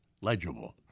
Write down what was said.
legible